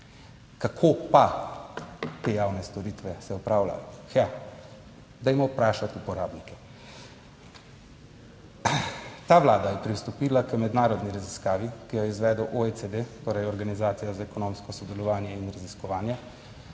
Kako pa te javne storitve se opravljajo? Hja, dajmo vprašati uporabnike. Ta vlada je pristopila k mednarodni raziskavi, ki jo je izvedel OECD, torej Organizacija za ekonomsko sodelovanje in raziskovanje,